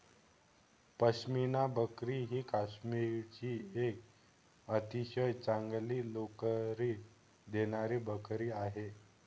पश्मिना बकरी ही काश्मीरची एक अतिशय चांगली लोकरी देणारी बकरी आहे